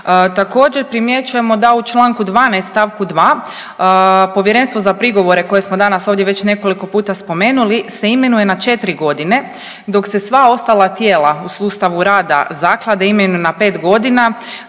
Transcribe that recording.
Također primjećujemo da u čl. 12. st. 2. Povjerenstvo za prigovore koje smo danas ovdje već nekoliko puta spomenuli se imenuje na četiri godine dok se sva ostala tijela u sustavu rada zaklade imenuju na pet godina,